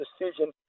decision